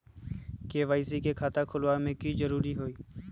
KYC के खाता खुलवा में की जरूरी होई?